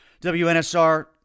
WNSR